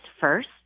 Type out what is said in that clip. first